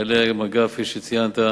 חיילי מג"ב, כפי שציינת,